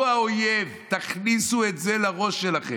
הוא האויב, תכניסו את זה לראש שלכם.